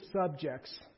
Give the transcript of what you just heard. subjects